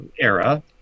era